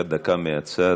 דקה מהצד.